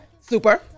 Super